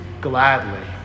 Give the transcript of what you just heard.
gladly